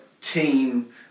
team